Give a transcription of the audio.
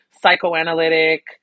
psychoanalytic